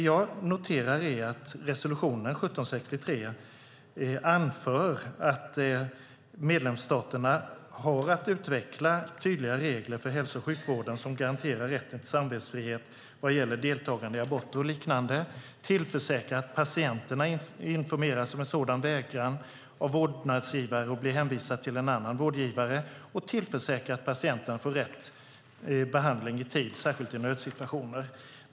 Jag noterar att i resolution 1763 anförs att medlemsstaterna har att utveckla tydliga regler för hälso och sjukvården som garanterar rätten till samvetsfrihet vad gäller deltagande i aborter och liknande, tillförsäkrar att patienterna informeras om en sådan vägran av vårdnadsgivare och blir hänvisade till en annan vårdgivare och tillförsäkrar att patienterna får rätt behandling i tid, särskilt i nödsituationer.